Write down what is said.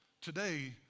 today